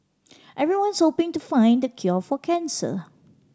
everyone's hoping to find the cure for cancer